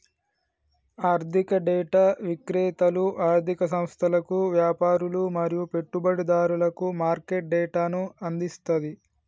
ఆర్థిక డేటా విక్రేతలు ఆర్ధిక సంస్థలకు, వ్యాపారులు మరియు పెట్టుబడిదారులకు మార్కెట్ డేటాను అందిస్తది